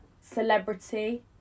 celebrity